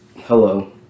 Hello